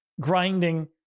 grinding